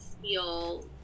feel